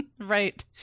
Right